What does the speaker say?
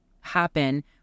happen